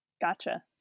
Gotcha